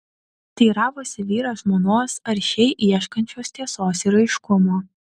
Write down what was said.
teiravosi vyras žmonos aršiai ieškančios tiesos ir aiškumo